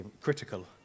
critical